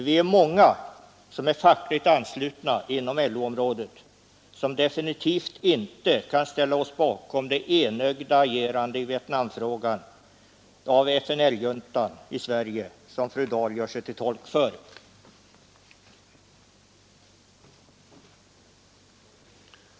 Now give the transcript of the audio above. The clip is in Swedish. Vi är många fackligt anslutna inom LO-området som definitivt inte kan ställa oss bakom det enögda agerande i Vietnamfrågan av FNL juntan i Sverige som fru Dahl gör sig till tolk för. följande resultat